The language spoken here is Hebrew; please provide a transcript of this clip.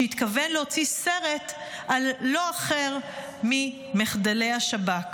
שהתכוון להוציא סרט על לא אחר ממחדלי השב"כ.